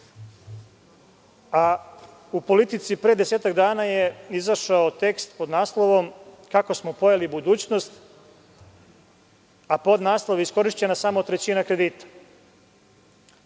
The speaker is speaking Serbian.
politici pre desetak dana je izašao tekst pod naslovom „Kako smo pojeli budućnost“, a pod naslov „Iskorišćena samo trećina kredita“.